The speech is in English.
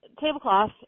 tablecloth